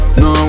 no